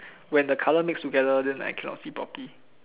when the color mix together then I cannot see properly